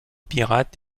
pirate